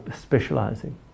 specializing